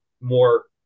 more